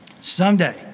someday